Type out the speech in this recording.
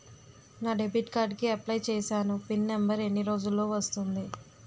నా debit card కి apply చూసాను పిన్ నంబర్ ఎన్ని రోజుల్లో వస్తుంది?